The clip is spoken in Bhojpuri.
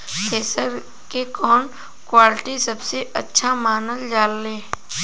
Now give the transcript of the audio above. थ्रेसर के कवन क्वालिटी सबसे अच्छा मानल जाले?